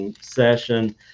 session